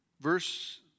Verse